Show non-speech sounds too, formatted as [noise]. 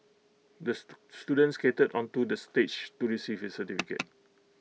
the [unintelligible] student skated onto the stage to receive his certificate